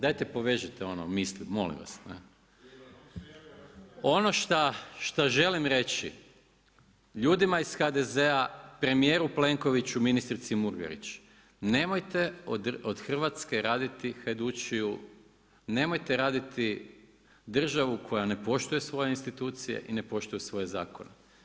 Dajte povežite ono misli, molim vas. … [[Upadica se ne čuje.]] Ono šta želim reći, ljudima iz HDZ-a, premijeru Plenkoviću, ministrici Murganić, nemojte od Hrvatske raditi hajdučiju, nemojte raditi državu koja ne poštuje svoje institucije i ne poštuje svoje zakone.